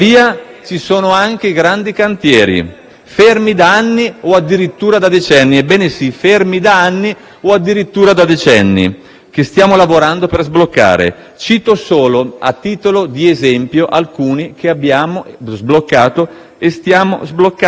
fermi da anni o addirittura da decenni - ebbene sì, fermi da anni o addirittura da decenni - e noi stiamo lavorando per sbloccarli. Ne cito a titolo di esempio solo alcuni che abbiamo già sbloccato o stiamo sbloccando: autostrada Asti-Cuneo,